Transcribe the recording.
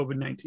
COVID-19